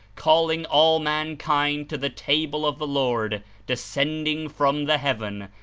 calling all mankind to the table of the lord descending from the heaven,